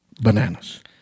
bananas